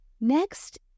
Next